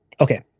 okay